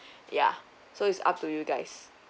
ya so it's up to you guys